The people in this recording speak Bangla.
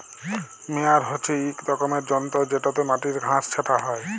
মেয়ার হছে ইক রকমের যল্তর যেটতে মাটির ঘাঁস ছাঁটা হ্যয়